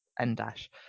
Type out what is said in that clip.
n-dash